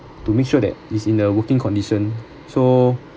to make sure that it's in a working condition so